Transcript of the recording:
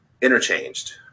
interchanged